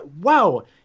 wow